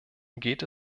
geht